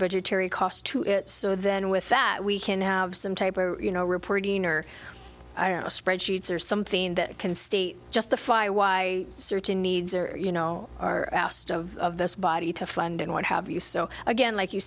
budgetary cost to it so then with that we can have some type of you know reporting or spreadsheets or something that can state justify why certain needs are you know are asked of this body to fund and what have you so again like you